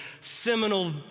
seminal